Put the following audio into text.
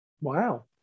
wow